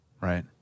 Right